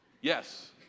Yes